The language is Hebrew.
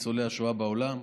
ניצולי השואה בעולם.